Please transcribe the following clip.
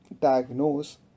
diagnose